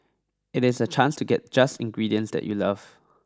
it is a chance to get just ingredients that you love